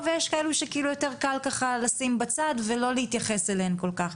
ויש כאלה שיותר קל לשים בצד ולא להתייחס אליהן כל כך.